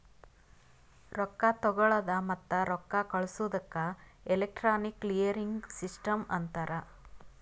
ರೊಕ್ಕಾ ತಗೊಳದ್ ಮತ್ತ ರೊಕ್ಕಾ ಕಳ್ಸದುಕ್ ಎಲೆಕ್ಟ್ರಾನಿಕ್ ಕ್ಲಿಯರಿಂಗ್ ಸಿಸ್ಟಮ್ ಅಂತಾರ್